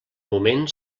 moment